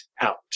out